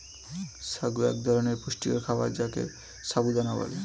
সাগু এক ধরনের পুষ্টিকর খাবার যাকে সাবু দানা বলে